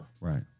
Right